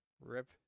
Rip